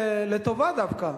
לטובה דווקא,